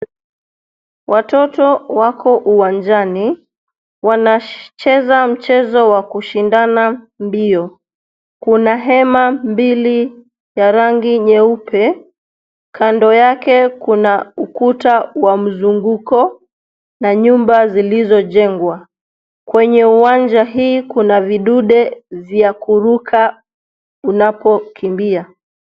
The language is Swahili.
Watoto wako uwanjani wanacheza mchezo wa kushindana mbio. Kuna hema mbili ya rangi nyeupe, kando yake kuna ukuta wa mzunguko na nyumba zilizojengwa. Kwenye uwanja hii kuna vidude vya kuruka unapokimbia.